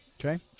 Okay